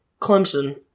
Clemson